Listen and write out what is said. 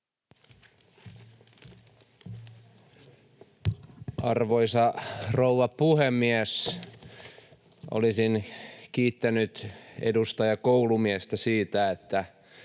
Arvoisa rouva puhemies! Olisin kiittänyt edustaja Koulumiestä siitä, että